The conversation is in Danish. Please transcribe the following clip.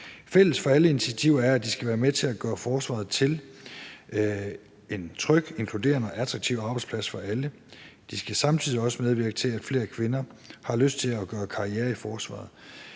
Fælles for alle initiativer er, at de skal være med til at gøre forsvaret til en tryg, inkluderende og attraktiv arbejdsplads for alle. De skal samtidig også medvirke til, at flere kvinder har lyst til at gøre karriere i forsvaret.